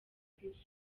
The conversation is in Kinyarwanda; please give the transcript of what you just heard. kwifuza